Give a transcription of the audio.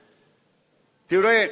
תראה,